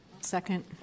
Second